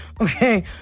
Okay